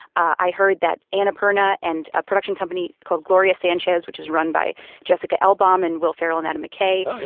i heard that annapurna and a production company called gloria sanchez, which is run by jessica elbaum, and will ferrell and adam mckay,